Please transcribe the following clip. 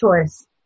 choice